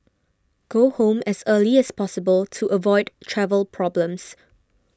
go home as early as possible to avoid travel problems